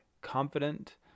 confident